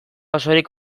osorik